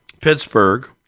Pittsburgh